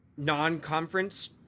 Non-conference